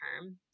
term